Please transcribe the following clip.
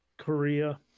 Korea